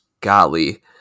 golly